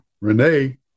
Renee